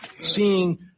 seeing